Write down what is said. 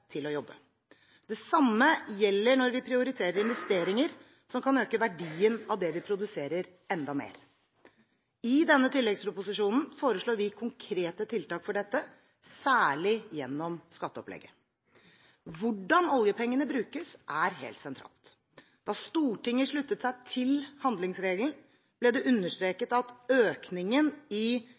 til å jobbe. Det samme gjelder når vi prioriterer investeringer som kan øke verdien av det vi produserer, enda mer. I denne tilleggsproposisjonen foreslår vi konkrete tiltak for dette, særlig gjennom skatteopplegget. Hvordan oljepengene brukes, er helt sentralt. Da Stortinget sluttet seg til handlingsregelen, ble det understreket at økningen i